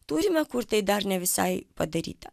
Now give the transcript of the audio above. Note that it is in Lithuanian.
turime kur tai dar ne visai padaryta